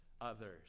others